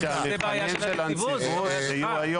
זו בעיה של הנציבות, לא שלך.